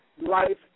life